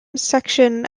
section